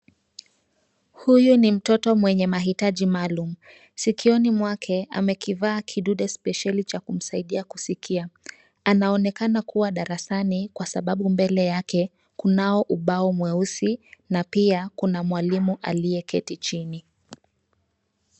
Huyu ni mtoto mwenye mahitaji maalum. Sikioni mwake amekivaa kidude speciali cha kumsaidia kusikia. Anaonekana kuwa darasani kwa sababu mbele yake kunao ubao mweusi na pia kuna mwalimu aliyeketi chini.